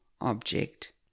object